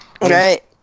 Right